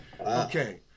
Okay